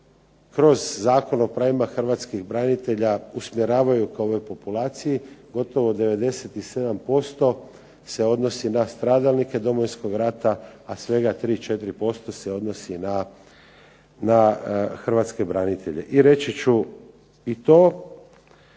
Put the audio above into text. kroz Zakon o pravima hrvatskih branitelja usmjeravaju ka ovoj populaciji, gotovo 97% se odnosi na stradalnike Domovinskog rata, a svega 3, 4% se odnosi na hrvatske branitelje. I reći ću i to